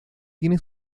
tiene